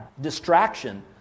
distraction